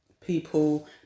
people